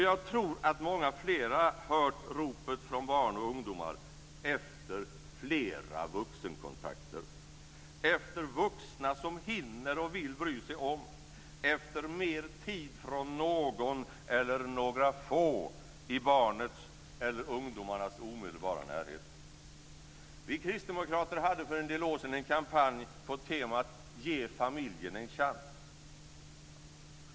Jag tror att många flera har hört ropen från barn och ungdomar efter flera vuxenkontakter, efter vuxna som hinner och vill bry sig om och efter mer tid från någon eller några få i barnets eller ungdomarnas omedelbara närhet. Vi kristdemokrater hade för en del år sedan en kampanj på temat: Ge familjen en chans.